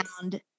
found